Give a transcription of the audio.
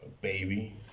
baby